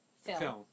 film